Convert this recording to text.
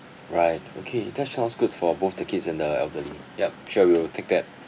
right okay that's sounds good for both the kids and the elderly yup sure we'll take that